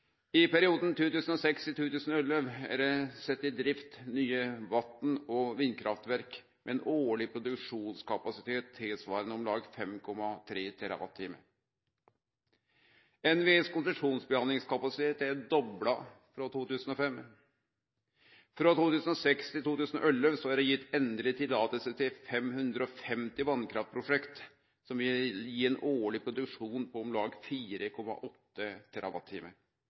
I perioden 2006–2011 er det sett i drift nye vatn- og vindkraftverk med ein årleg produksjonskapasitet tilsvarande om lag 5,3 TWh. NVE sin konsesjonsbehandlingskapasitet er dobla frå 2005. Frå 2006–2011 er det gitt endeleg tillating til 550 vasskraftprosjekt, som vil gi ein årleg produksjon på om lag 4,8 TWh, endeleg konsesjon til